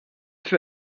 für